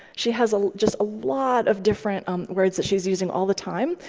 she has ah just a lot of different um words that she's using all the time.